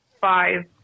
five